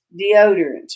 deodorant